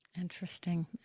interesting